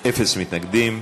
אין מתנגדים.